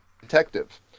detective